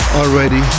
already